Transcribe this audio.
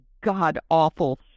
god-awful